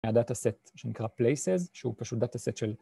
דאטה-סט שנקרא places, שהוא פשוט דאטה-סט של...